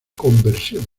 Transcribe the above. conversión